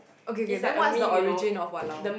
okay K then what's the origin of !walao!